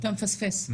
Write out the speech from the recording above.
אתה מפספס.